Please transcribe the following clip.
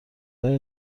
های